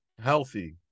Healthy